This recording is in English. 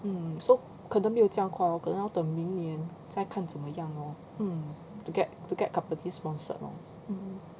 mm 可能没有这样快 lor 可能要等明年再看怎么样 lor mm to get to get company sponsor lor mm